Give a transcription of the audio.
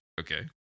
Okay